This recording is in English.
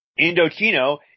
Indochino